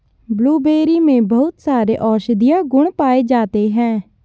blueberry में बहुत सारे औषधीय गुण पाये जाते हैं